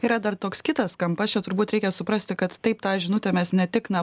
yra dar toks kitas kampas čia turbūt reikia suprasti kad taip tą žinutę mes ne tik na